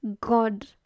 god